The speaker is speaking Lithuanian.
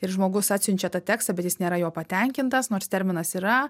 ir žmogus atsiunčia tą tekstą bet jis nėra juo patenkintas nors terminas yra